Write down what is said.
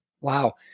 Wow